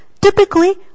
Typically